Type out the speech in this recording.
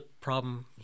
problem